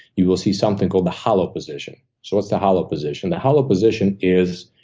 you will see something called the hollow position. so what's the hollow position? the hollow position is